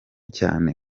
cyane